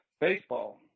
baseball